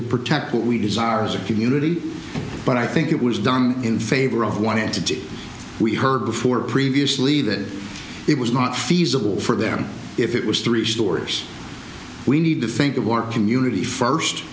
to protect what we desire as a community but i think it was done in favor of one entity we heard before previously that it was not feasible for them if it was three stores we need to think of our community first